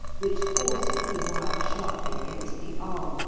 which forces the wire sharply against the arm,